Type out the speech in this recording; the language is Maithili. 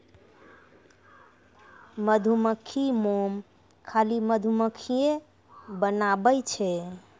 मधुमक्खी मोम खाली मधुमक्खिए बनाबै छै